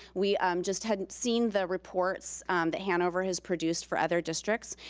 we just had seen the reports that hanover has produced for other districts,